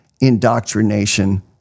indoctrination